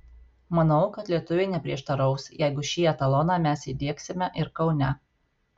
manau kad lietuviai neprieštaraus jeigu šį etaloną mes įdiegsime ir kaune